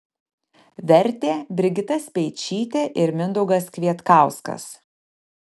vertė brigita speičytė ir mindaugas kvietkauskas